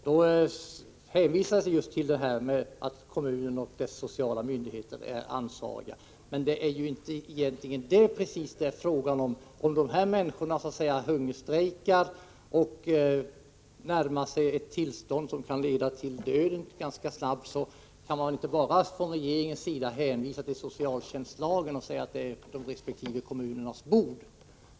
Då hänvisades det just till att kommunen och dess sociala myndigheter är ansvariga, men det är inte just det som det är fråga om. Om de här människorna hungerstrejkar och närmar sig ett tillstånd som ganska snart kan leda till döden, kan regeringen inte bara hänvisa till socialtjänstlagen och säga att det är resp. kommuners bord.